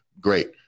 great